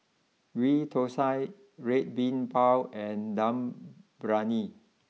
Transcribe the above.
Ghee Thosai Red Bean Bao and Dum Briyani